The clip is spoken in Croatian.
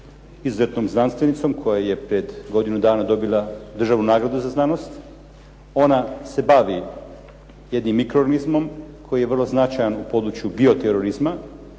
izuzetnom znanstvenicom koja je pred godinu dana dobila državnu nagradu za znanost. Ona se bavi jednim mikroorganizmom koji je vrlo značajan u području bioterorizma.